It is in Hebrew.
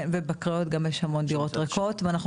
כן ובקריות גם יש המון דירות ריקות ואנחנו